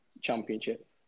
Championship